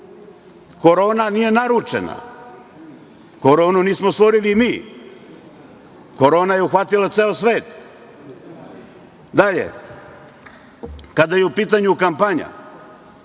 Korona nije naručena. Koronu nismo stvorili mi. Korona je uhvatila ceo svet. Dalje, kada je u pitanju kampanja,